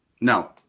No